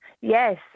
Yes